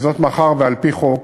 מאחר שעל-פי חוק